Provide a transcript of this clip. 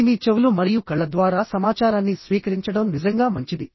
ఇది మీ చెవులు మరియు కళ్ళ ద్వారా సమాచారాన్ని స్వీకరించడం నిజంగా మంచిది